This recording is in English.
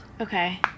Okay